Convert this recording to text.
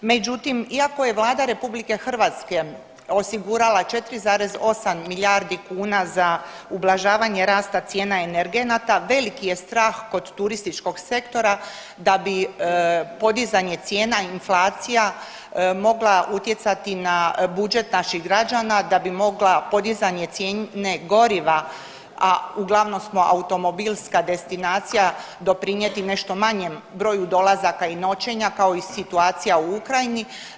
Međutim, iako je Vlada RH osigurala 4,8 milijardi kuna za ublažavanje rasta cijena energenata veliki je strah kod turističkog sektora da bi podizanje cijena i inflacija mogla utjecati na budžet naših građana, da bi mogla podizanje cijene goriva, a uglavnom smo automobilska destinacija doprinijeti nešto manjem broju dolazaka i noćenja kao i situacija u Ukrajini.